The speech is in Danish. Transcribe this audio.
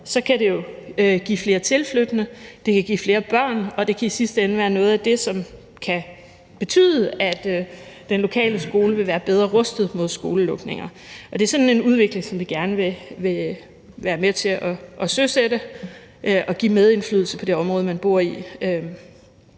kan det jo give flere tilflyttende, det kan give flere børn, og det kan i sidste ende være noget af det, som kan betyde, at den lokale skole vil være bedre rustet mod skolelukninger. Og det er sådan en udvikling, som vi gerne vil være med til at søsætte, og vi vil give medindflydelse i forhold til det område, man bor i.